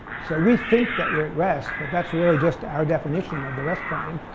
so we think that we're at rest, but that's really just our definition of the rest frame.